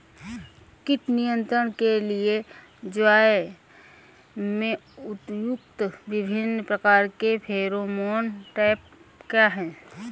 कीट नियंत्रण के लिए ज्वार में प्रयुक्त विभिन्न प्रकार के फेरोमोन ट्रैप क्या है?